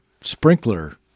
sprinkler